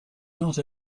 not